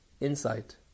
insight